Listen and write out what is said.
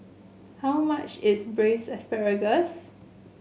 how much is Braised Asparagus